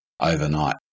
overnight